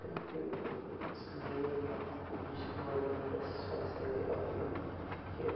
تیٚلہِ کہِ اِس لیے مےٚ چھِ گورمِنٹَس چھِ اسہِ یِہٲے اپیل کہِ